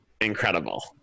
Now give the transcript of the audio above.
incredible